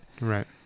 right